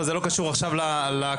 אבל זה לא קשור עכשיו להקראה.